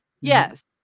yes